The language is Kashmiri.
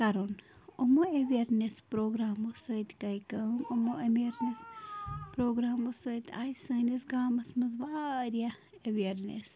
کَرُن یِمَو اٮ۪ویرنیس پروٛگامَو سۭتۍ گٔے کٲم یِمَو اٮ۪ویرنیس پروٛگامَو سۭتۍ آیہِ سٲنِس گامَس منٛز واریاہ اٮ۪ویرنیس